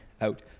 out